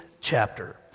chapter